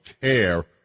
care